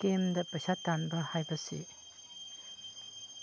ꯒꯦꯝꯗ ꯄꯩꯁꯥ ꯇꯥꯟꯕ ꯍꯥꯏꯕꯁꯤ